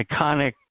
iconic